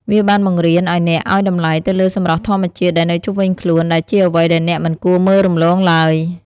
វាបានបង្រៀនឱ្យអ្នកឱ្យតម្លៃទៅលើសម្រស់ធម្មជាតិដែលនៅជុំវិញខ្លួន ដែលជាអ្វីដែលអ្នកមិនគួរមើលរំលងឡើយ។